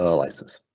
ah license.